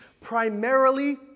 primarily